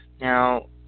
now